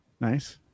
Nice